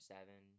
Seven